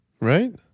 right